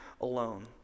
alone